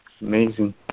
amazing